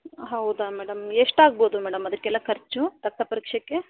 ಹೌದಾ ಮೇಡಂ ಎಷ್ಟು ಆಗ್ಬೋದು ಮೇಡಂ ಅದಕ್ಕೆಲ್ಲ ಖರ್ಚು ರಕ್ತ ಪರೀಕ್ಷೆಗೆ